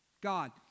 God